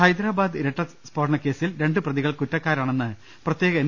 ഹൈദരാബാദ് ഇരട്ട സ്ഫോടനക്കേസിൽ രണ്ട് പ്രതികൾ കുറ്റ ക്കാരാണെന്ന് പ്രത്യേക എൻ